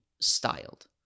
styled